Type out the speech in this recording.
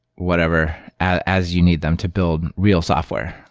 whatever, as you need them to build real software.